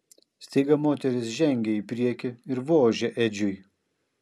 staiga moteris žengė į priekį ir vožė edžiui